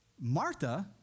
Martha